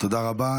תודה רבה.